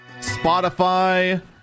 Spotify